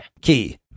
key